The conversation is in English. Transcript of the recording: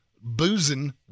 boozing